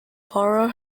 borrow